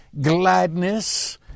gladness